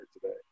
today